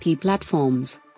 platforms